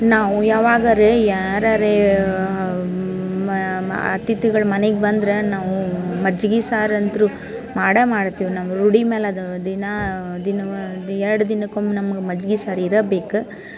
ನಾವು ಯಾವಾಗರೆ ಯಾರರೇ ಮ ಅತಿಥಿಗಳು ಮನೆಗೆ ಬಂದ್ರೆ ನಾವು ಮಜ್ಗೆ ಸಾರಂತೂ ಮಾಡೇ ಮಾಡ್ತೀವಿ ನಮ್ಮ ರೂಢಿ ಮೇಲೆ ಅದಾವ ದಿನಾ ದಿನ ಎರಡು ದಿನಕ್ಕೊಮ್ಮೆ ನಮ್ಗೆ ಮಜ್ಗೆ ಸಾರು ಇರಬೇಕು